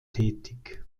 tätig